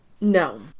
No